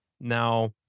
Now